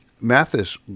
Mathis